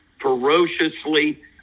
ferociously